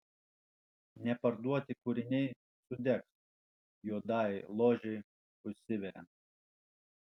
neparduoti kūriniai sudegs juodajai ložei užsiveriant